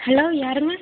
hello யாருங்க